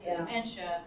dementia